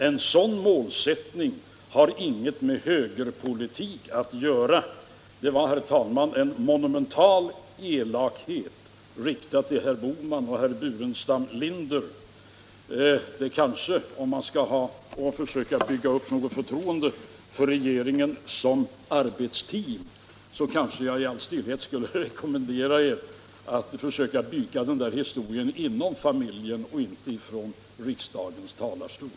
En sådan målsättning har inget med högerpolitiken att göra.” Det var, herr talman, en monumental elakhet riktad mot herr Bohman och herr Burenstam Linder. Men om man skall bygga upp något förtroende för regeringen som arbetsteam vill jag kanske i all stillhet rekommendera er att försöka tvätta den byken inom familjen och inte i riksdagens talarstol.